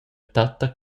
tatta